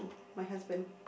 my husband